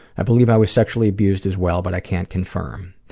i believe i was sexually abused as well, but i can't confirm.